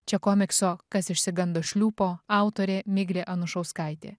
čia komikso kas išsigando šliūpo autorė miglė anušauskaitė